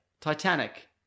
Titanic